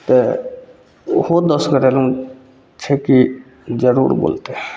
तऽ ओहो दसगोटे लग छै कि जरूर बोलतै